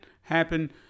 happen